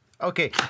Okay